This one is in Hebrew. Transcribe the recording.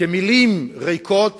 כי מלים ריקות